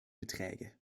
beträge